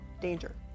danger